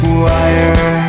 wire